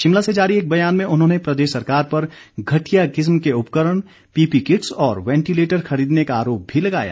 शिमला से जारी एक बयान में उन्होंने प्रदेश सरकार पर घटिया किस्म के उपकरण पीपीई किट्स और वेंटिलेटर खरीदने का आरोप भी लगाया